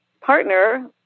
partner